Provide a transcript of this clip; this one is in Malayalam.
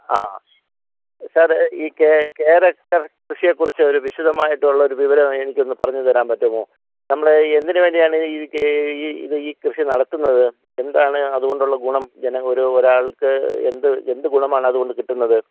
ആ സാർ ഈ കേര കൃഷിയെ കുറിച്ച് ഒരു വിശദമായിട്ടുള്ള ഒരു വിവരം എനിക്ക് ഒന്നു പറഞ്ഞു തരാൻ പറ്റുമോ നമ്മൾ ഈ എന്തിനുവേണ്ടിയാണ് ഈ ഈ ഇത് ഈ കൃഷി നടത്തുന്നത് എന്താണ് അതുകൊണ്ടുള്ള ഗുണം ജനം ഒരു ഒരാൾക്ക് എന്ത് എന്ത് ഗുണമാണ് അതുകൊണ്ട് കിട്ടുന്നത്